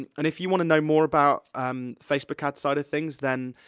and and if you wanna know more about um facebook ads side of things, then,